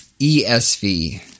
ESV